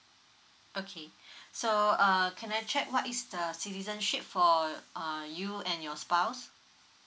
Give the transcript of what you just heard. okay so uh can I check what is the uh citizenship for uh you and your spouse